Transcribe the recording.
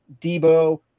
Debo